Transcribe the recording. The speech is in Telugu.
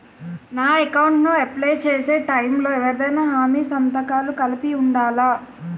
నా అకౌంట్ ను అప్లై చేసి టైం లో ఎవరిదైనా హామీ సంతకాలు కలిపి ఉండలా?